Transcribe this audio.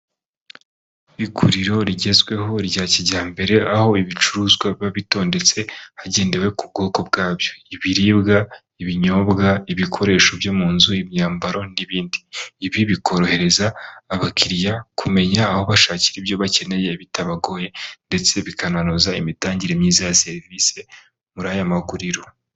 Iguriro rigezweho rya kijyambere aho ibicuruzwa biba bitonde hagendewe ku bwoko bwabyo, ibiribwa, ibinyobwa, ibikoresho byo mu nzu, imyambaro n'ibindi. Ibi bikorohereza abakiriya kumenya aho bashakira ibyo bakeneye bitabagoye ndetse bikananoza imitangire myiza ya serivisi muri aya maguriro.